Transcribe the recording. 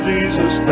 Jesus